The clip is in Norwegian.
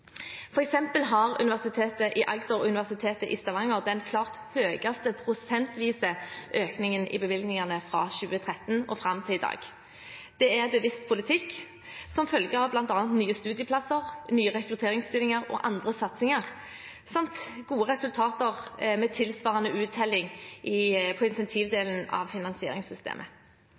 klart høyeste prosentvise økningen i bevilgningene fra 2013 og fram til i dag. Det er en bevisst politikk som følge av bl.a. oppretting av nye studieplasser, nye rekrutteringsstillinger og andre satsinger samt gode resultater med tilsvarende uttelling i incentivdelen av finansieringssystemet.